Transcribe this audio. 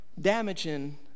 damaging